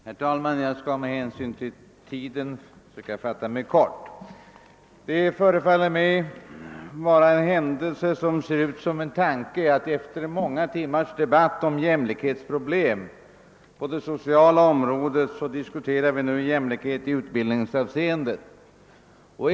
Herr talman! Med hänsyn till tidpunkten skall jag försöka fatta mig kort. Det förefaller mig vara en händelse som ser ut som en tanke att vi nu efter många timmars debatt om jämlikhetsproblem på det sociala området diskuterar jämlikheten i utbildningshänseende.